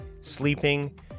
sleeping